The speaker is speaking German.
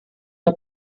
der